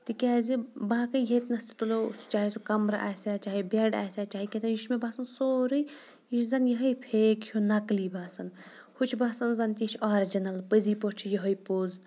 تِکیٛازِ باقٕے ییٚتِنَس تہِ تُلو چاہے سُہ کِمرٕ آسہِ یا چاہے بیٚڈ آسہِ یا چاہے کیٛاتھانۍ یہِ چھِ مےٚ باسان سورُے یہِ چھِ زَن یِہٕے فیک ہیوٗ نَکلی باسان ہُہ چھِ باسان زَن تہِ یہِ چھِ آرجِنَل پٔزی پٲٹھۍ چھِ یِہٕے پوٚز